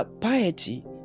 piety